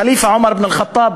הח'ליף עומר אבן אל-ח'טאב,